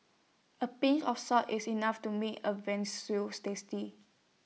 A pinch of salt is enough to make A Veal Stew tasty